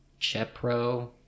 chepro